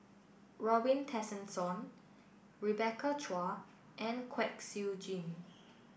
Robin Tessensohn Rebecca Chua and Kwek Siew Jin